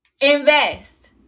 invest